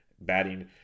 batting